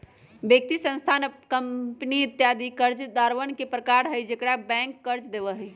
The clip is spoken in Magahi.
व्यक्ति, संस्थान, कंपनी इत्यादि कर्जदारवन के प्रकार हई जेकरा बैंक कर्ज देवा हई